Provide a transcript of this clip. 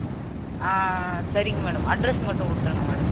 ஆ சரிங்க madam address மட்டும் கொடுத்துடுங்க மேடம்